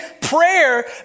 prayer